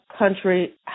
country